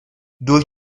durch